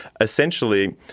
essentially